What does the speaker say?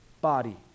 body